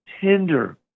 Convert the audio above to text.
tender